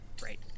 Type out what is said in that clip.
Great